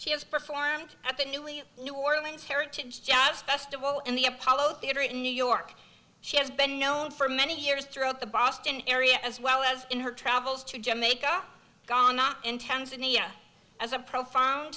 she has performed at the newly new orleans heritage jazz festival in the apollo theater in new york she has been known for many years throughout the boston area as well as in her travels to jamaica gone not intend zinnia as a profound